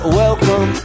welcome